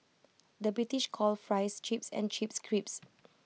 the British calls Fries Chips and Chips Crisps